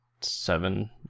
seven